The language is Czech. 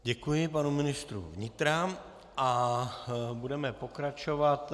Děkuji panu ministru vnitra a budeme pokračovat.